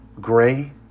gray